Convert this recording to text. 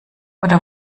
oder